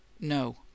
No